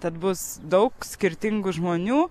tad bus daug skirtingų žmonių